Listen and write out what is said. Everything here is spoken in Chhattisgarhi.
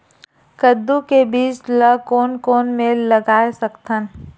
कददू के बीज ला कोन कोन मेर लगय सकथन?